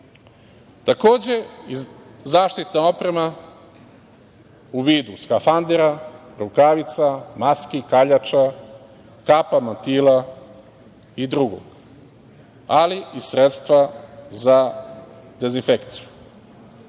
Takođe, zaštitna oprema u vidu skafandera, rukavica, maski, kaljača, kapa, mantila i drugog. Ali i sredstva za dezinfekciju. Isto